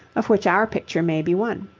of which our picture may be one.